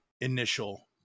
initial